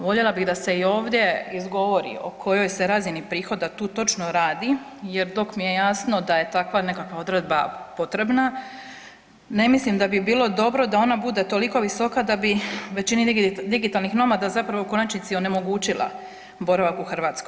Voljela bih da se i ovdje izgovori o kojoj se razini prihoda tu točno radi jer dok mi je jasno da je takva nekakva odredba potrebna ne mislim da bi bilo dobro da ona bude toliko visoka da bi većini digitalnih nomada zapravo u konačnici onemogućila boravak u Hrvatskoj.